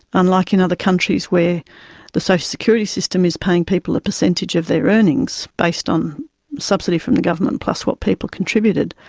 unlike in other countries where the social security system is paying people a percentage of their earnings based on subsidy from the government plus what people contributed,